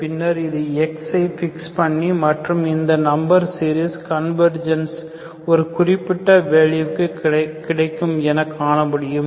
பின்னர் இது x ஐ பிக்ஸ் பண்ணி மற்றும் இந்த நம்பர் சீரிஸ் கன்வர்ஜென்ஸ் ஒரு குறிப்பிட்ட வேல்யூவுக்கு கிடைக்கும் என காணமுடியும்